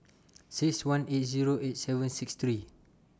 six one eight Zero eight seven six three